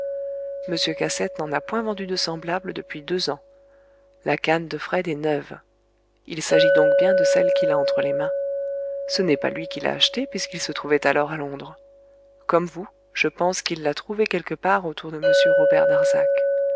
cassette n'en a point vendu de semblable depuis deux ans la canne de fred est neuve il s'agit donc bien de celle qu'il a entre les mains ce n'est pas lui qui l'a achetée puisqu'il se trouvait alors à londres comme vous je pense qu'il l'a trouvée quelque part autour de m robert darzac